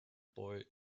boy